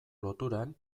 loturan